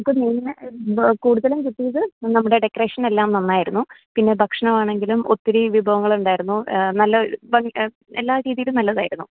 ഇപ്പം കൂടുതലും കിട്ടിയത് നമ്മുടെ ഡെക്കറേഷനെല്ലാം നന്നായിരുന്നു പിന്നെ ഭക്ഷ്ണവാണെങ്കിലും ഒത്തിരി വിഭവങ്ങൾ ഉണ്ടായിരുന്നു നല്ല എല്ലാ രീതിയിലും നല്ലതായിരുന്നു